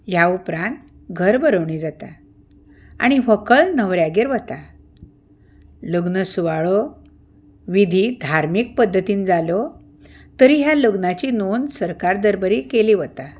ह्या उपरांत घर भरोवणी जाता आनी व्हकल न्हवऱ्यागेर वता लग्न सुवाळो विधी धार्मिक पध्दतीन जाल्यो तरी ह्या लग्नाची नोंद सरकार दर्बरी केली वता